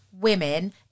women